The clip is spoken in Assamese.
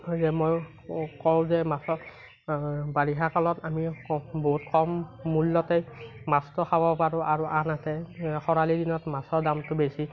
মই কওঁ কওঁ যে মাছৰ বাৰিষাকালত আমি বহুত কম মূল্যতে মাছটো খাব পাৰোঁ আৰু আনহাতে খৰালি দিনত মাছৰ দামটো বেছি